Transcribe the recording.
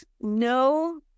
no